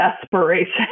desperation